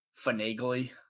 finagly